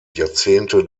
jahrzehnte